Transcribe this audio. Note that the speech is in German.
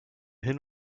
hin